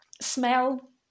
smell